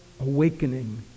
awakening